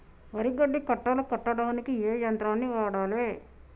వరి గడ్డి కట్టలు కట్టడానికి ఏ యంత్రాన్ని వాడాలే?